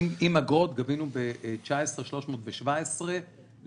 עם אגרות גבינו 317 מיליארד ב-2019,